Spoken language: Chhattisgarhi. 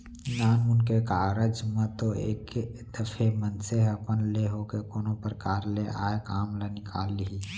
नानमुन के कारज म तो एक दफे मनसे ह अपन ले होके कोनो परकार ले आय काम ल निकाल लिही